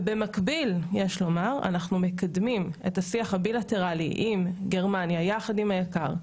במקביל אנחנו מקדמים את השיח הבילטרלי עם גרמניה יחד עם היק"ר,